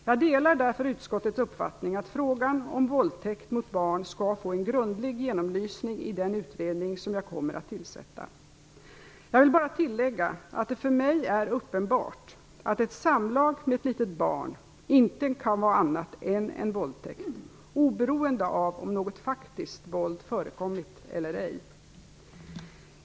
Jag delar därför utskottets uppfattning att frågan om våldtäkt mot barn skall få en grundlig genomlysning i den utredning som jag kommer att tillsätta. Jag vill bara tillägga att det för mig är uppenbart att ett samlag med ett litet barn inte kan vara annat än en våldtäkt, oberoende av om något faktiskt våld förekommit eller inte.